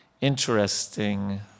interesting